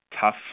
tough